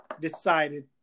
decided